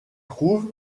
trouve